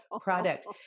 product